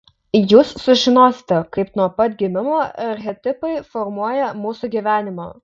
jūs sužinosite kaip nuo pat gimimo archetipai formuoja mūsų gyvenimą